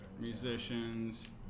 musicians